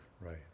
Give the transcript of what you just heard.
Right